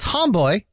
Tomboy